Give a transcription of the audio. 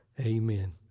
amen